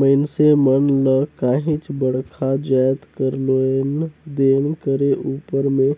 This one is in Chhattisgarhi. मइनसे मन ल काहींच बड़खा जाएत कर लेन देन करे उपर में